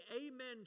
amen